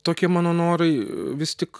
tokie mano norai vis tik